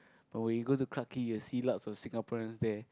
but when you go to Clarke-Quay you will see lots of Singaporeans there